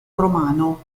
romano